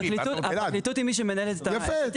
הפרקליטות היא זו שמנהלת את --- יפה,